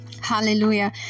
Hallelujah